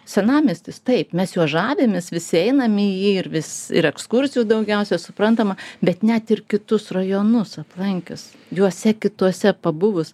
senamiestis taip mes juo žavimės visi einam į jį ir vis ir ekskursijų daugiausiai suprantama bet net ir kitus rajonus aplankius juose kituose pabuvus